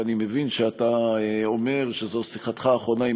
ואני מבין שאתה אומר שזו שיחתך האחרונה עם